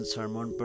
Sermon